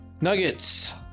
Nuggets